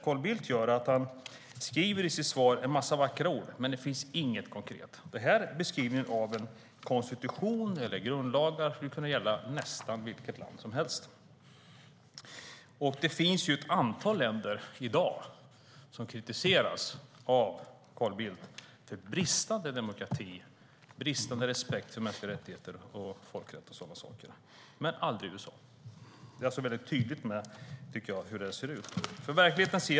Carl Bildt uttalar som sagt en massa vackra ord, men det finns inget konkret. Beskrivningen av konstitution, eller grundlagar, skulle kunna gälla nästan vilket land som helst. I dag kritiseras ett antal länder av Carl Bildt för bristande demokrati och respekt för mänskliga rättigheter, folkrätt och så vidare - men aldrig USA. Detta är mycket tydligt.